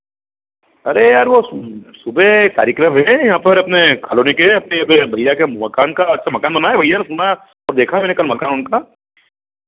अरे यार वह सुबह कार्यक्रम है यहाँ पर अपने कॉलोनी के अपने भैया के मकान का अच्छा मकान बनाये भैया ने सुना और देखा है मैंने कल मकान उनका